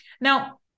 Now